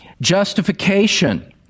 Justification